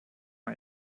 man